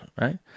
right